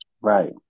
right